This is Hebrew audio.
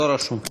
לא רשום.